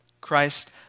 Christ